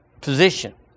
position